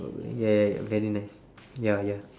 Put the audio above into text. ya ya ya very nice ya ya